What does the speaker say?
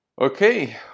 Okay